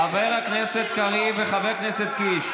חבר הכנסת קריב וחבר הכנסת קיש,